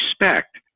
respect